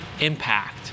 impact